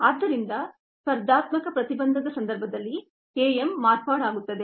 ಆದ್ದರಿಂದ ಸ್ಪರ್ಧಾತ್ಮಕ ಪ್ರತಿಬಂಧದ ಸಂದರ್ಭದಲ್ಲಿ K m ಮಾರ್ಪಾಡಾಗುತ್ತದೆ